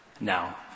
Now